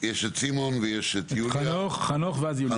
אם זה מה שאת אומרת, את לא מכירה.